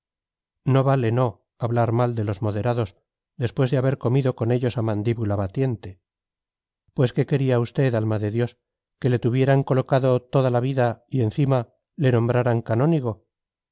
no vale no hablar mal de los moderados después de haber comido con ellos a mandíbula batiente pues qué quería usted alma de dios que le tuvieran colocado toda la vida y encima le nombraran canónigo